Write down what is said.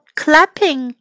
clapping